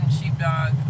Sheepdog